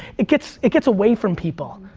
it gets it gets away from people.